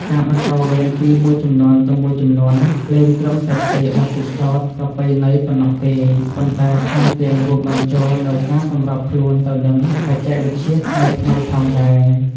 ការបន្តវេនពីមួយជំនាន់ទៅមួយជំនាន់លែងត្រឹមតែផ្ទេរបទពិសោធន៍ប្រពៃណីប៉ុណ្ណោះទេ ប៉ុន្តែថែមទាំងរួមបញ្ចូលនូវការសម្របខ្លួនទៅនឹងបច្ចេកវិទ្យាថ្មីៗផងដែរ។